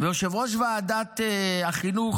יושב-ראש ועדת החינוך,